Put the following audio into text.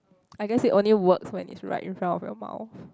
I guess it only works when it's right in front of your mouth